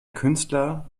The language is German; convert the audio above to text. künstler